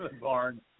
Barn